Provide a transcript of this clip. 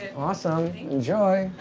awesome. enjoy.